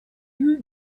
your